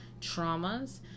traumas